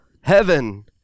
heaven